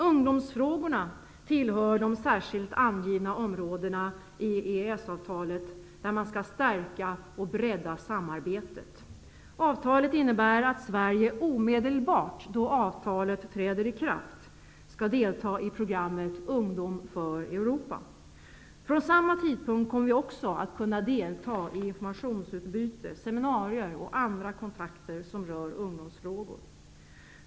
Ungdomsfrågorna tillhör de särskilt angivna områdena i EES-avtalet där man skall stärka och bredda samarbetet. Avtalet innebär att Sverige omedelbart då avtalet träder i kraft skall delta i programmet Ungdom för Europa. Från samma tidpunkt kommer vi också att kunna delta i informationsutbyte, seminarier och andra kontakter som rör ungdomsfrågor.